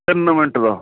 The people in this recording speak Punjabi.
ਤਿੰਨ ਮਿੰਟ ਦਾ